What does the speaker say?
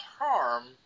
harm